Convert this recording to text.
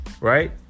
Right